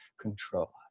control